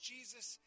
Jesus